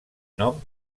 nom